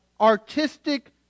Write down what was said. Artistic